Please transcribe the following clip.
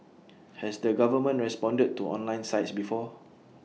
has the government responded to online sites before